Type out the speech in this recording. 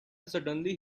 suddenly